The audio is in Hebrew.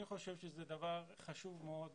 אני חושב שזה דבר חשוב מאוד